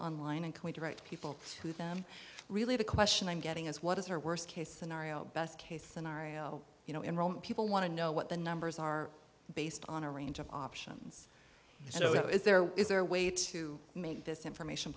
right people to them really the question i'm getting is what is her worst case scenario best case scenario you know enrollment people want to know what the numbers are based on a range of options so if there is their way to make this information